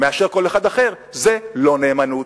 מאשר כל אחד אחר, זו לא נאמנות.